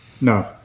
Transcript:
no